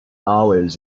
always